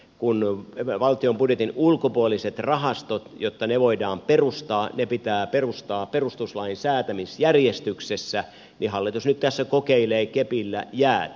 jotta valtion budjetin ulkopuolinen rahasto voidaan perustaa se pitää perustaa perustuslain säätämisjärjestyksessä joten hallitus nyt tässä kokeilee kepillä jäätä